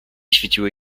świeciły